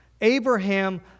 Abraham